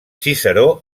ciceró